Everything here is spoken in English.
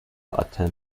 attend